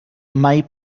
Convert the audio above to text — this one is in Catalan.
mai